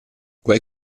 quei